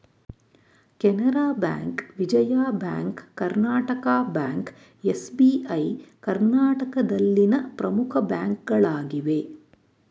Canara bank, Vijaya bank, Karnataka bank, SBI ಕರ್ನಾಟಕದಲ್ಲಿನ ಪ್ರಮುಖ ಬ್ಯಾಂಕ್ಗಳಾಗಿವೆ